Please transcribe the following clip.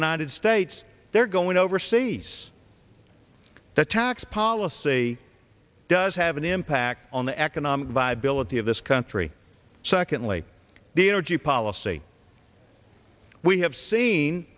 united states they're going overseas the tax policy does have an impact on the economic viability of this country secondly the energy policy we have seen